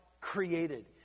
created